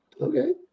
okay